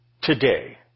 Today